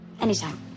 Anytime